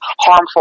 harmful